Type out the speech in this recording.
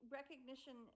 recognition